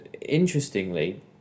interestingly